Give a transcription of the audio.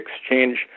exchange